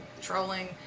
trolling